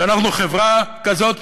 שאנחנו חברה כזאת,